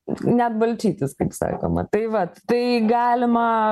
net balčytis kaip sakoma tai vat tai galima